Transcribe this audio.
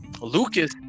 Lucas